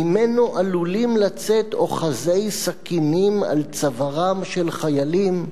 ממנו עלולים לצאת אוחזי סכינים על צווארם של חיילים?